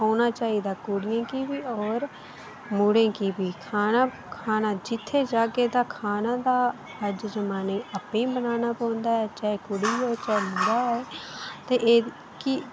औना चाहिदा कुड़ियें गी बी और मुड़ें गी बी खाना खाना जित्थै जाह्गे तां खाना तां अज्ज जमाने आपे ई बनाना पौंदा ऐ चाहे कुड़ी होए चाहे मुड़ा होए ते एह्